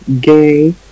gay